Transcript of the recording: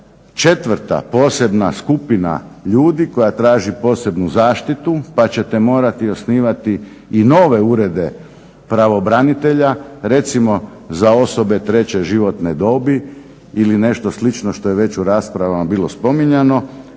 četvrta posebna skupina ljudi koja traži posebnu zaštitu, pa ćete morati osnivati i nove urede pravobranitelja recimo za osobe treće životne dobi ili nešto slično što je već u raspravama bilo spominjano